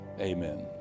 Amen